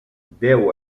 déu